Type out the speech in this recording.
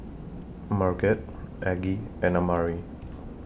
Marget Aggie and Amari